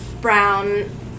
brown